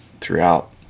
throughout